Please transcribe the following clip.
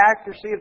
accuracy